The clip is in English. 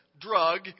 drug